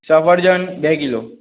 સફરજન બે કિલો